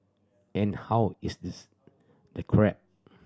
and how is this the crab